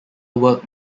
work